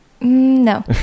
no